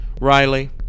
Riley